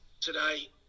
today